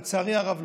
לצערי הרב,